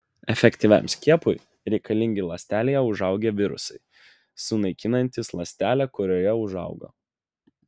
efektyviam skiepui reikalingi ląstelėje užaugę virusai sunaikinantys ląstelę kurioje užaugo